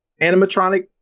animatronic